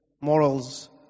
Morals